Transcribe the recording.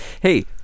Hey